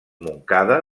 montcada